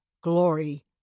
glory